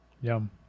Yum